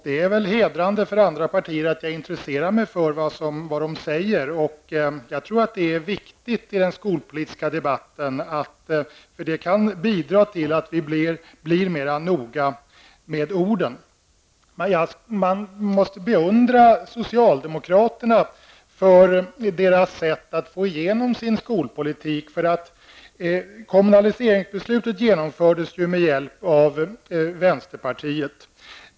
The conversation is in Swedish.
Det är väl hedrande för andra partier att jag intresserar mig för vad de säger. Jag tror att är viktigt i den skolpolitiska debatten, eftersom det kan bidra till att vi blir mer noga med orden. Man måste beundra socialdemokraterna för deras sätt att få igenom sin skolpolitik. Kommunaliseringsbeslutet genomfördes ju med hjälp av vänsterpartiet.